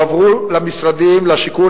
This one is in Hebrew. תקציבים שהועברו למשרדים: שיכון,